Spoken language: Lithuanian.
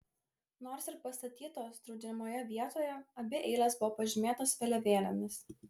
nors ir pastatytos draudžiamoje vietoje abi eilės buvo pažymėtos vėliavėlėmis